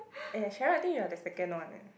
!aiya! Cheryl I think you're the second one eh